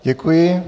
Děkuji.